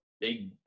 Big